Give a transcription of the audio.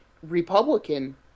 Republican